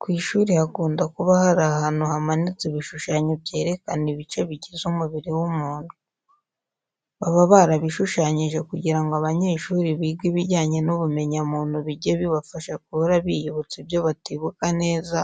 Ku ishuri hakunda kuba hari ahantu hamanitse ibishushanyo byerekana ubice bigize umubiri w'umuntu. Baba barabishushanyije kugira ngo abanyeshuri biga ibijyanye n'ubumenyamuntu bijye bibafasha guhora biyibutsa ibyo batibuka neza,